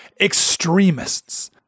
extremists